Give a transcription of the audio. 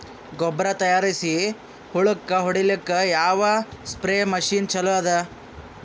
ಗೊಬ್ಬರ ತಯಾರಿಸಿ ಹೊಳ್ಳಕ ಹೊಡೇಲ್ಲಿಕ ಯಾವ ಸ್ಪ್ರಯ್ ಮಷಿನ್ ಚಲೋ ಅದ?